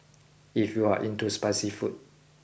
if you are into spicy food